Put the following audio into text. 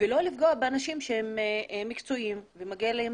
ולא לפגוע באנשים שהם מקצועיים ומגיע להם